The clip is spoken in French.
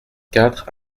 quatre